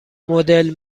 مدل